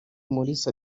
umulisa